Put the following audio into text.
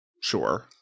Sure